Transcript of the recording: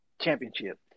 championship